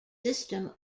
system